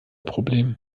problem